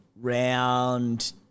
Round